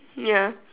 ya